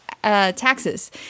Taxes